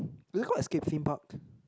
did you call Escape-Theme-Park